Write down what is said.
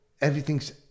everything's